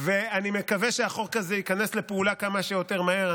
אני מקווה שהחוק הזה ייכנס לפעולה כמה שיותר מהר.